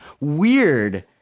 Weird